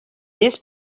this